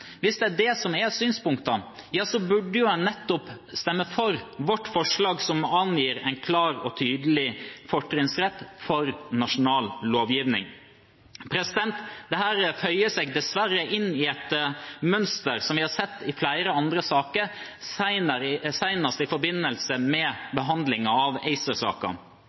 Hvis det er det som er synspunktene, burde en nettopp stemme for vårt forslag, som angir en klar og tydelig fortrinnsrett for nasjonal lovgivning. Dette føyer seg dessverre inn i et mønster som vi har sett i flere andre saker, senest i forbindelse med behandlingen av